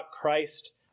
Christ